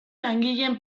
langileen